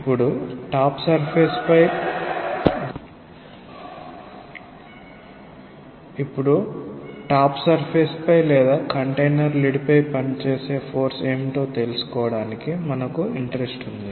ఇప్పుడు top surface పై లేదా కంటైనర్ లిడ్ పై పనిచేసే టోటల్ ఫోర్స్ ఏమిటో తెలుసుకోవడానికి మనకు ఆసక్తి ఉంది